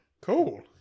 Cool